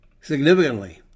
significantly